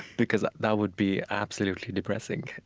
because that would be absolutely depressing